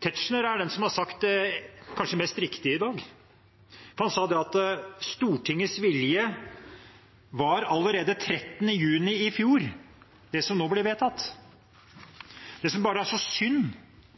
Tetzschner er den som har sagt det kanskje mest riktige i dag. Han sa at Stortingets vilje allerede 13. juni i fjor var det som nå blir vedtatt. Det som bare er så synd,